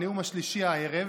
הנאום השלישי הערב,